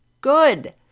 Good